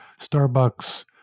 Starbucks